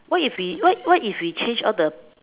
what if we what if we change all the